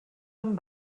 amb